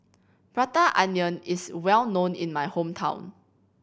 Prata Onion is well known in my hometown